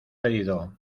pedido